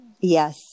Yes